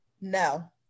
No